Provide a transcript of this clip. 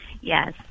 yes